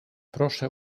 proszę